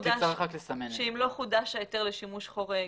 אם לא חודש ההיתר לשימוש חורג,